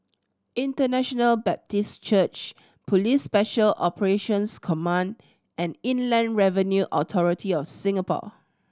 International Baptist Church Police Special Operations Command and Inland Revenue Authority of Singapore